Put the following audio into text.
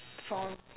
for